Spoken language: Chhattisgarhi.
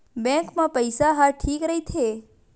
बैंक मा पईसा ह ठीक राइथे?